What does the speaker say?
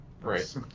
right